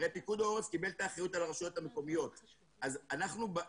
הרי פיקוד העורף קיבל את האחריות על הרשויות המקומיות אז לדעתי,